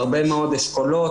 הרבה מאוד אשכולות,